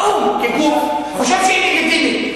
האו"ם, כגוף, חושב שהיא לגיטימית.